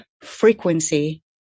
frequency